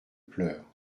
pleure